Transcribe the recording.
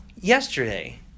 yesterday